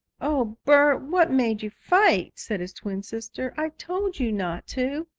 oh, bert, what made you fight? said his twin sister. i told you not to.